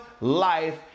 life